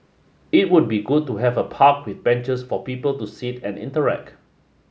it would be good to have a park with benches for people to sit and interact